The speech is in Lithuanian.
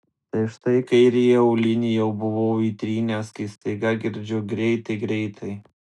tai štai kairįjį aulinį jau buvau įtrynęs kai staiga girdžiu greitai greitai